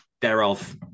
thereof